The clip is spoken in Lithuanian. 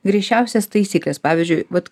griežčiausias taisykles pavyzdžiui vat